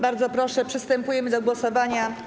Bardzo proszę, przystępujemy do głosowania.